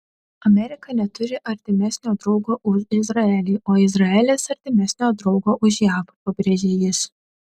amerika neturi artimesnio draugo už izraelį o izraelis artimesnio draugo už jav pabrėžė jis